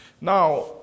now